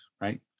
right